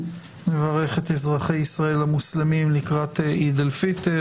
נברך את אזרחי ישראל המוסלמים לקראת עיד אל-פיטר,